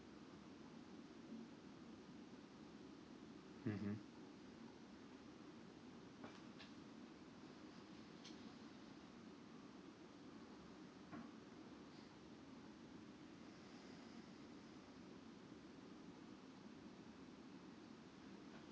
mmhmm